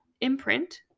imprint